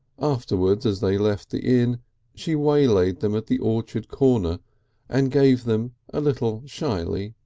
afterwards as they left the inn she waylaid them at the orchard corner and gave them, a little shyly,